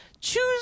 choose